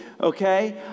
okay